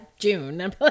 june